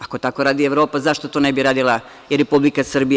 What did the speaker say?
Ako tako radi Evropa, zašto to ne bi radila i Republika Srbija?